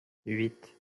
huit